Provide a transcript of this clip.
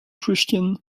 christian